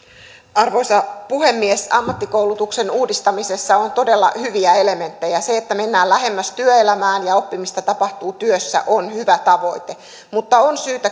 arvoisa puhemies ammattikoulutuksen uudistamisessa on todella hyviä elementtejä se että mennään lähemmäs työelämää ja oppimista tapahtuu työssä on hyvä tavoite mutta on syytä